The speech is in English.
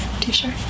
T-shirt